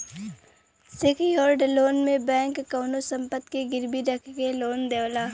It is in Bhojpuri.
सेक्योर्ड लोन में बैंक कउनो संपत्ति के गिरवी रखके लोन देवला